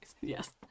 Yes